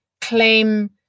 claim